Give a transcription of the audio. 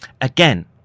again